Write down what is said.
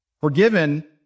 forgiven